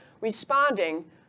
responding